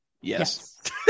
Yes